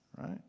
right